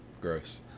Gross